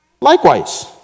Likewise